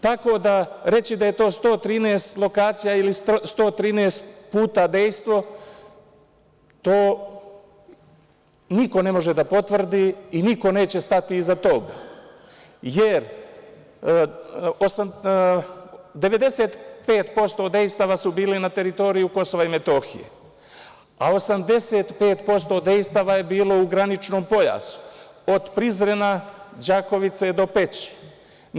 Tako da reći da je to 113 lokacija ili 113 puta dejstvo, to niko ne može da potvrdi i niko neće stati iza toga, jer 95% dejstava su bili na teritoriji Kosova i Metohije, a 85% dejstava je bilo u graničnom pojasu od Prizrena, Đakovice do Peći.